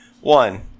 One